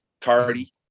Cardi